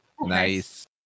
Nice